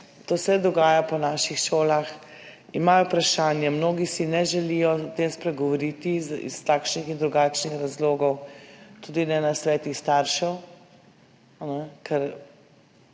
to se dogaja na naših šolah, imajo vprašanja, mnogi si ne želijo o tem spregovoriti iz takšnih in drugačnih razlogov, tudi ne na svetih staršev